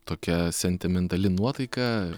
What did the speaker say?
tokia sentimentali nuotaika